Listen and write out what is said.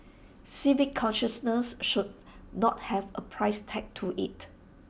civic consciousness should not have A price tag to IT